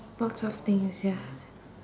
lots of things ya